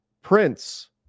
Prince